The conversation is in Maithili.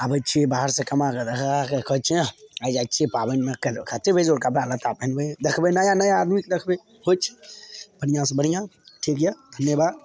आबै छिए बाहरसे कमाके तकराके कहै छिए आइ जाइ छिए पाबनिमे काल्हि कतेक बेजोड़ कपड़ा लत्ता पहनबै देखबै नया नया आदमीके देखबै होइ छै बढ़िआँसे बढ़िआँ ठीक यऽ धन्यवाद